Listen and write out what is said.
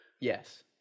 Yes